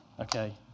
Okay